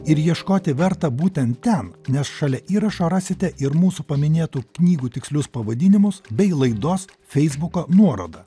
ir ieškoti verta būtent ten nes šalia įrašo rasite ir mūsų paminėtų knygų tikslius pavadinimus bei laidos feisbuko nuorodą